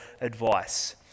advice